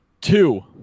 Two